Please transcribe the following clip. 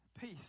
peace